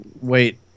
wait